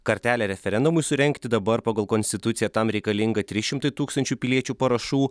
kartelę referendumui surengti dabar pagal konstituciją tam reikalinga trys šimtai tūkstančių piliečių parašų